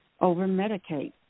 over-medicate